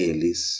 Eles